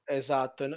esatto